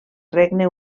regne